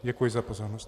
Děkuji za pozornost.